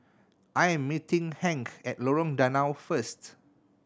I'm meeting Hank at Lorong Danau first